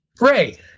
Ray